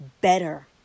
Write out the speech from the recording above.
better